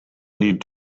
need